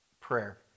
prayer